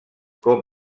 com